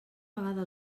vegada